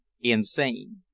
insane